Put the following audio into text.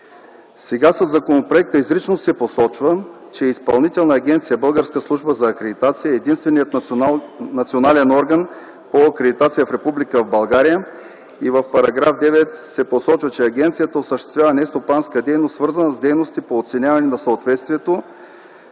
Сега със законопроекта изрично се посочва, че Изпълнителна агенция „Българска служба за акредитация” е единственият национален орган по акредитация в Република България. В § 9 се посочва, че агенцията осъществява нестопанска дейност, свързана с дейностите по оценяване на съответствието,